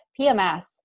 PMS